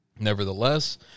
Nevertheless